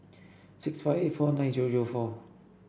six five eight four nine zero zero four